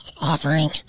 offering